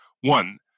One